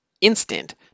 Instant